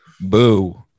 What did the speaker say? boo